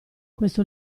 questo